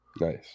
Nice